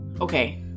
Okay